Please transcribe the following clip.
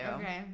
Okay